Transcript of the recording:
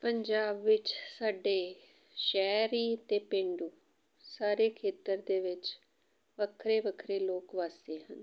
ਪੰਜਾਬ ਵਿੱਚ ਸਾਡੇ ਸ਼ਹਿਰੀ ਅਤੇ ਪੇਂਡੂ ਸਾਰੇ ਖੇਤਰ ਦੇ ਵਿੱਚ ਵੱਖਰੇ ਵੱਖਰੇ ਲੋਕ ਵੱਸਦੇ ਹਨ